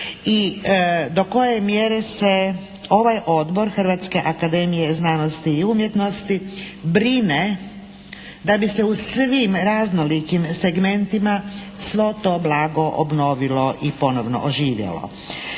i do koje mjere se ovaj odbor Hrvatske akademije znanosti i umjetnosti brine da bi se u svim raznolikim segmentima svo to blago obnovilo i ponovno oživjelo.